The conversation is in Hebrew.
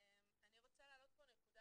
אני רוצה להעלות פה נקודה,